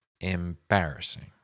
embarrassing